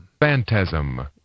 Phantasm